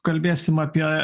kalbėsim apie